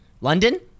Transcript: london